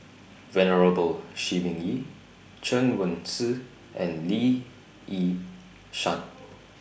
Venerable Shi Ming Yi Chen Wen Hsi and Lee Yi Shyan